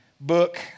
book